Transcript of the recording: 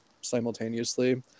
simultaneously